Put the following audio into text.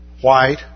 white